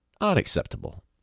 Unacceptable